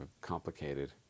complicated